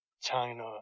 China